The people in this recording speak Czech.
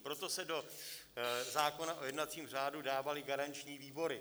Proto se do zákona o jednacím řádu dávaly garanční výbory.